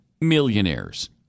millionaires